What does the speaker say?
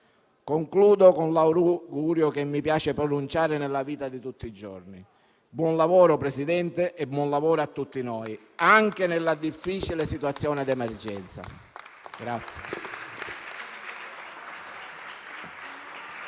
Concludo con l'augurio che mi piace pronunciare nella vita di tutti i giorni: buon lavoro, signor Presidente, e buon lavoro a tutti noi, anche nella difficile situazione di emergenza.